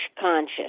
conscious